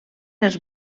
els